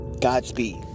Godspeed